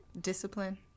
Discipline